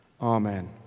Amen